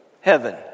heaven